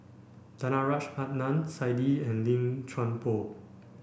Danaraj Adnan Saidi and Lim Chuan Poh